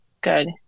good